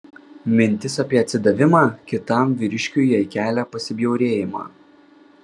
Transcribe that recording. mintis apie atsidavimą kitam vyriškiui jai kelia pasibjaurėjimą